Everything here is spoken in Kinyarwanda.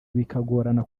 bikagorana